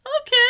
Okay